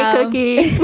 cookie.